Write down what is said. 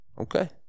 okay